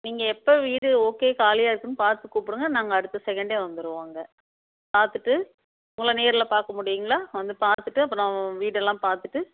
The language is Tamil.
நீங்கள் எப்போ வீடு ஓகே காலியாக இருக்குதுன்னு பார்த்து கூப்பிடுங்க நாங்கள் அடுத்த செகண்டே வந்துடுவோம் அங்கே பார்த்துட்டு உங்களை நேரில் பார்க்க முடியும்ங்களா வந்து பார்த்துட்டு அப்புறம் வீடெல்லாம் பார்த்துட்டு